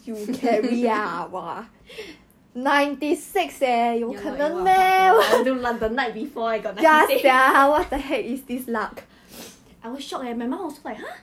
eh !wah! I do like the night before I got ninety six I was shocked leh my mum also like !huh!